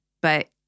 but-